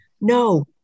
No